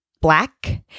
black